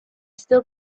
still